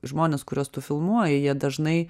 žmonės kuriuos tu filmuoji jie dažnai